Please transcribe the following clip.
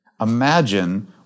Imagine